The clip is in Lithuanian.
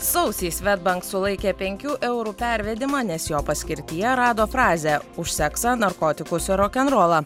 sausį svedbank sulaikė penkių eurų pervedimą nes jo paskirtyje rado frazę už seksą narkotikus ir rokenrolą